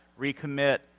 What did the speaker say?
recommit